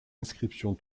inscription